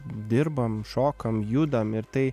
dirbam šokam judam ir tai